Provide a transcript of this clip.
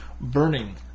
burning